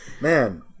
man